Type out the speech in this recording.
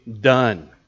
done